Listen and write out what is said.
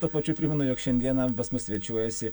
nors tuo pačiu primenu jog šiandieną pas mus svečiuojasi